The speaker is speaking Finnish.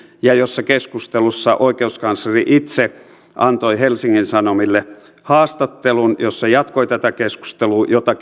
ja kun keskustelussa oikeuskansleri itse antoi helsingin sanomille haastattelun jossa jatkoi tätä keskustelua jota